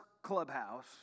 clubhouse